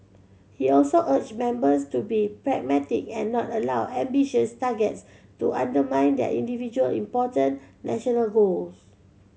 he also urged members to be pragmatic and not allow ambitious targets to undermine their individual important national goals